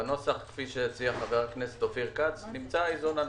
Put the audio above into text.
בנוסח כפי שהציע חבר הכנסת כץ, נמצא האיזון הנכון.